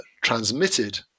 transmitted